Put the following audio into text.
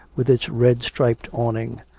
with its red-striped awning.